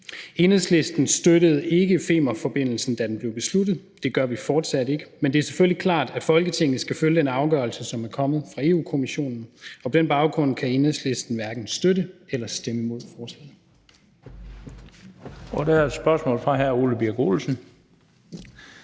Enhedslisten støttede ikke Femernforbindelsen, da den blev besluttet. Det gør vi fortsat ikke. Men det er selvfølgelig klart, at Folketinget skal følge en afgørelse, som er kommet fra Europa-Kommissionen, og på den baggrund kan Enhedslisten hverken støtte eller stemme imod forslaget. Kl. 13:53 Den fg. formand (Bent